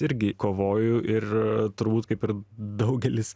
irgi kovoju ir turbūt kaip ir daugelis